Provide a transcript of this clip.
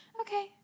Okay